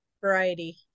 variety